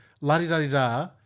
la-di-da-di-da